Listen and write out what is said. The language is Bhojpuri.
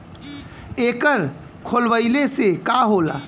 एकर खोलवाइले से का होला?